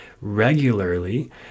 regularly